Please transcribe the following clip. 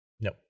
No